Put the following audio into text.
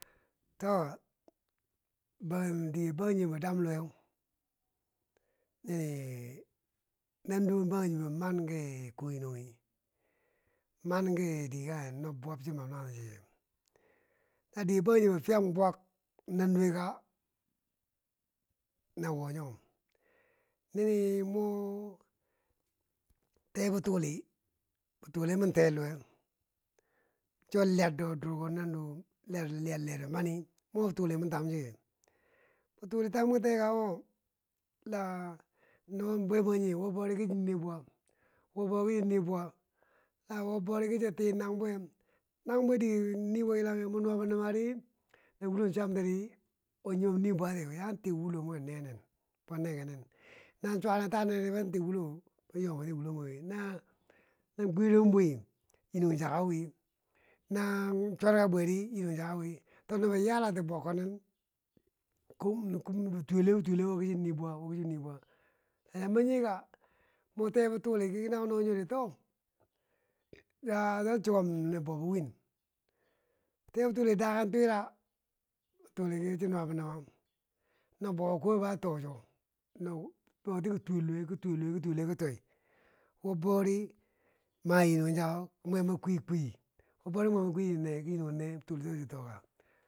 To, bangli dige bangjinghe dam luwe nini nanduwo bangjinghebo man ki kuu nyinonghi manki dige kanghe nob bwab chi mam nanghen ti chike ya dige bangjinghebo fyam bwak nanduwe ka, na wo nyo, nine mo tee bituli, bituli im fee luwe cho liyar do durko nanaduwen liyar ler mani, bituli tam ki tee bituli tam ki ka one la no bwebangjinge wo bori ki cho nii bwaa, wo boriki cho nii bwaa, wo bori ki cha tii nang bwiyek, nangbwik dige nii bwaa yalame no mo nuwa bo lumadi wo wulo, chwantairi, wo nyimom nii bwatiye yaan tiu wulo mwe ninen neken nen no chwane taane neri anyomwenti wwo mwe wi, no kwirum bwii, nyinong chaka wi, kwen chi chi yalati bwakko nin ki tuwe luwe ki tuwe luwe, wo ki cho nii bwaa, woki chon nii bwaa, ki manyi ka, mo tee bituli ki na ki no nyori to ta chan chokum nob bwaab bo win, tee bituli daken twirab bituli ki cho nuwabo luma, nob bwaabbo kowanne nii bo a cho, bouti ki tuwe luwe ki tuwe luweti toi, wo bori ma nyinong chako, ki mwembo kwii kwii, wo bouri ki mwembo kwii, ki nyinong chako nee bituli tochiti ka toka.